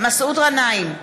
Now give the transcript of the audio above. מסעוד גנאים,